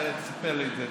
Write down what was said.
אחרי זה אתה תספר לי את זה.